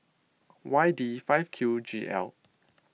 Y D five Q G L